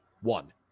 one